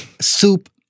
soup